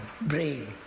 brain